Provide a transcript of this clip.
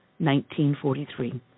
1943